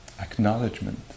acknowledgement